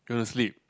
you want to sleep